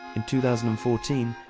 in two thousand and fourteen,